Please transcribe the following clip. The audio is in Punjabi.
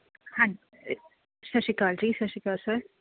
ਹਾਂਜੀ ਸਤਿ ਸ਼੍ਰੀ ਅਕਾਲ ਜੀ ਸਤਿ ਸ਼੍ਰੀ ਅਕਾਲ ਸਰ